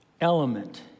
element